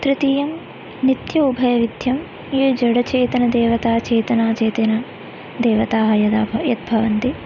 तृतीयं नित्य उभयविध्यं ये जडचेतनदेवताः चेतनाचेतनदेवताः यदा यत् भवन्ति